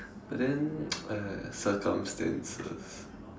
but then !aiya! circumstances